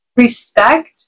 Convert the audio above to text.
respect